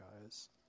guys